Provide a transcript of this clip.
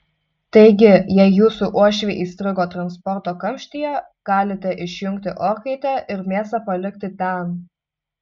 taigi jei jūsų uošviai įstrigo transporto kamštyje galite išjungti orkaitę ir mėsą palikti ten